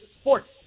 sports